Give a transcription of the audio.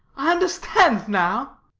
i understand now!